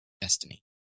Destiny